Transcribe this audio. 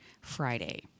Friday